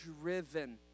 driven